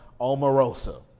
Omarosa